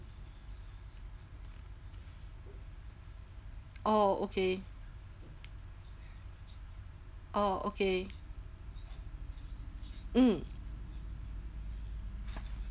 oh okay oh okay mm